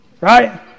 Right